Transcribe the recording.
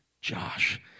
Josh